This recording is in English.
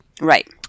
Right